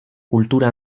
kultura